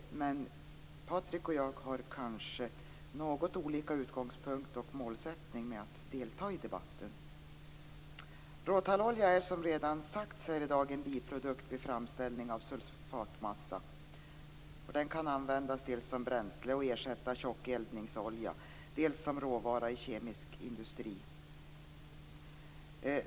Men Patrik Norinder och jag har kanske något olika utgångspunkt och målsättning med att delta i debatten. Råtallolja är som redan sagts här i dag en biprodukt vid framställning av sulfatmassa. Den kan användas dels som bränsle och ersätta tjock eldningsolja, dels som råvara i kemisk industri.